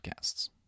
Podcasts